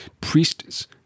priests